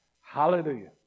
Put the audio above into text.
Hallelujah